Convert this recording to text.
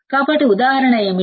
కాబట్టి ఉదాహరణ ఏమిటి